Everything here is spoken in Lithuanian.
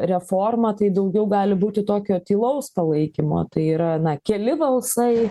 reforma tai daugiau gali būti tokio tylaus palaikymo tai yra na keli balsai